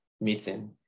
meeting